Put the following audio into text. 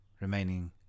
remaining